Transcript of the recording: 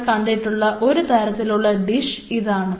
നിങ്ങൾ കണ്ടിട്ടുള്ള ഒരു തരത്തിലുള്ള ഡിഷ് ഇതാണ്